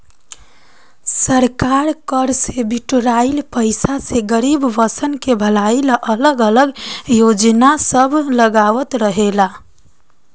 सरकार कर से बिटोराइल पईसा से गरीबसन के भलाई ला अलग अलग योजना सब लगावत रहेला